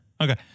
Okay